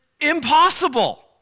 impossible